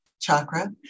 chakra